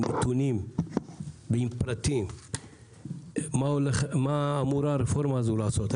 נתונים ועם פרטים מה אמורה הרפורמה הזאת לעשות.